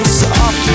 soft